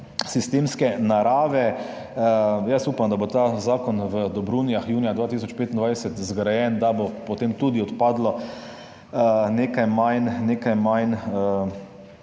sistemske narave. Upam, da bo ta zapor v Dobrunjah junija 2025 zgrajen, da bo potem tudi odpadlo nekaj